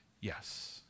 yes